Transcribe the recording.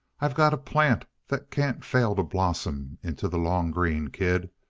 i got a plant that can't fail to blossom into the long green, kid.